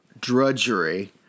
drudgery